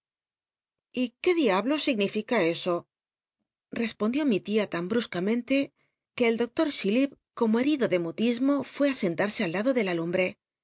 y qué diablos signilica eso respondió mi tia tan hnascamcnte que el doctor cbillip como herido de mutismo fué í se ntarse al lado de la lumbre